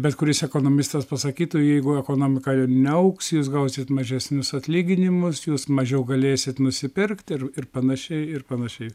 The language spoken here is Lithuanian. bet kuris ekonomistas pasakytų jeigu ekonomika neaugs jūs gausit mažesnius atlyginimus jūs mažiau galėsit nusipirkt ir ir panašiai ir panašiai